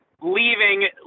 leaving